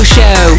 Show